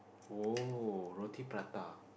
oh roti prata